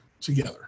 together